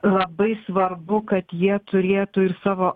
labai svarbu kad jie turėtų ir savo